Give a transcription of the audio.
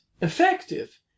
effective